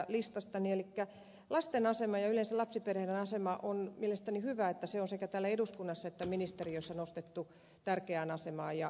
elikkä lasten aseman ja yleensä lapsiperheiden aseman kannalta on mielestäni hyvä että se on sekä täällä eduskunnassa että ministeriössä nostettu tärkeään asemaan